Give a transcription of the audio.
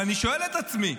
ואני שואל את עצמי: